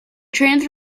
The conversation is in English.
trains